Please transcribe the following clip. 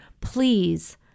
please